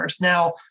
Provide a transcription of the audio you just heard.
Now